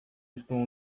estão